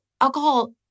alcohol